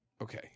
Okay